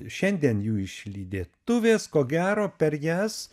šiandien jų išlydėtuvės ko gero per jas